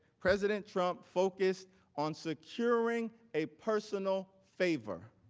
president trump focused on securing a personal favor.